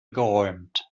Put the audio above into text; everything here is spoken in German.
geräumt